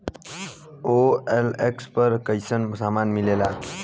OLX पर कइसन सामान मीलेला?